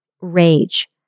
rage